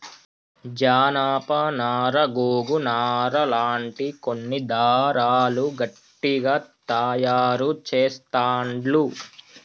జానప నారా గోగు నారా లాంటి కొన్ని దారాలు గట్టిగ తాయారు చెస్తాండ్లు